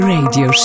Radio